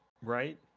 right